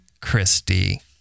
Christie